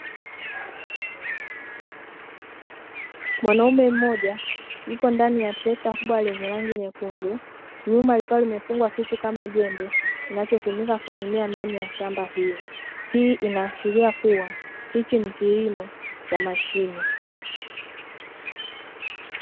Mwanaume mmoja, yupo ndani ya trekta kubwa lenye rangi nyekundu, nyuma likiwa limefungwa kitu kama jembe, kinachotumika kulimia ndani ya shamba hilo. Hii inaashiria kuwa hichi ni kilimo cha mashine.